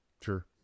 Sure